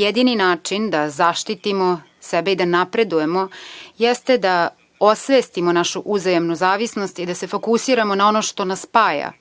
Jedini način da zaštitimo sebe i da napredujemo jeste da osvestimo našu uzajamnu zavisnost i da se fokusiramo na ono što nas spaja,